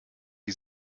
die